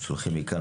שולחים מכאן,